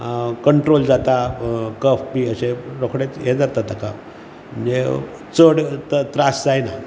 control जाता कफ बी अशें रोखडेंच हें जाता तेका म्हणजे चड त्रास जायना